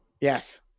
Yes